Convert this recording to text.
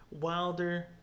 Wilder